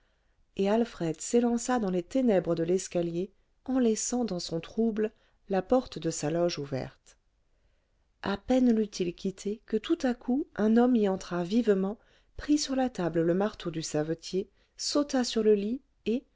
et alfred s'élança dans les ténèbres de l'escalier en laissant dans son trouble la porte de sa loge ouverte à peine l'eut-il quittée que tout à coup un homme y entra vivement prit sur la table le marteau du savetier sauta sur le lit et